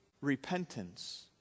repentance